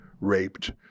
raped